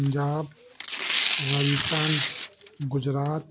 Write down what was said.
Punjab Rajasthan Gujarat